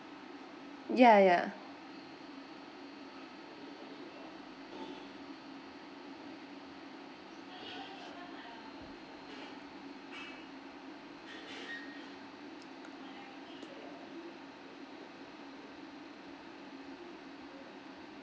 ya ya